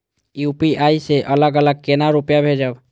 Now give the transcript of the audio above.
UPI से अलग अलग केना रुपया भेजब